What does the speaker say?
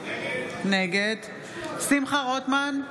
נגד שמחה רוטמן,